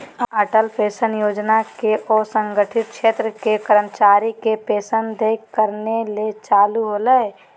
Atal pension योजना के असंगठित क्षेत्र के कर्मचारी के पेंशन देय करने ले चालू होल्हइ